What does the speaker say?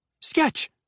Sketch